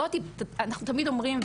אנחנו תמיד אומרים,